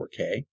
4K